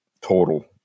total